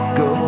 go